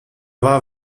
war